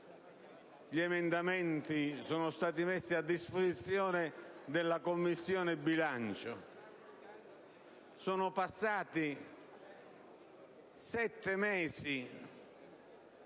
gli emendamenti sono stati messi a disposizione della Commissione bilancio. Sono passati sette mesi